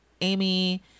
Amy